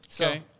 Okay